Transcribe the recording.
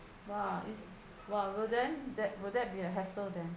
!wah! is !wah! will then that will that be a hassle then